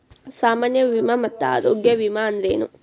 ಸಾಮಾನ್ಯ ವಿಮಾ ಮತ್ತ ಆರೋಗ್ಯ ವಿಮಾ ಅಂದ್ರೇನು?